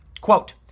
quote